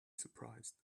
surprised